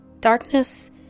Darkness